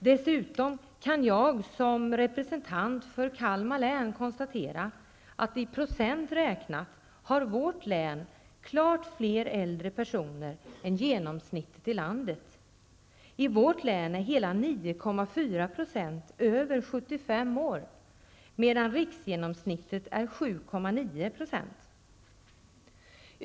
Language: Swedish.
Dessutom kan jag som representant för Kalmar län konstatera att vårt län i procent räknat har klart fler äldre personer än genomsnittet i landet. I vårt län är hela 9,4 % över 75 år, medan riksgenomsnittet är 7,9 %.